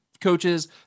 coaches